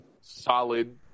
solid